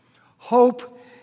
Hope